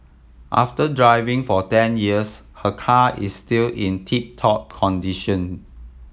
after driving for ten years her car is still in tip top condition